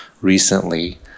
recently